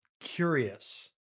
curious